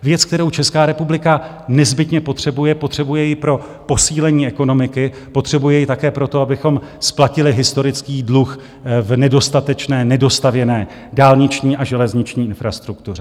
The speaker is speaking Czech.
Věc, kterou Česká republika nezbytně potřebuje, potřebuje ji pro posílení ekonomiky, potřebuje ji také proto, abychom splatili historický dluh v nedostatečné, nedostavěné dálniční a železniční infrastruktuře.